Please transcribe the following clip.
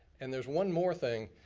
and there's one more thing,